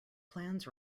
plans